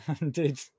indeed